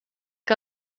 que